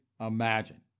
imagine